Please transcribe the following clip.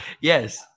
Yes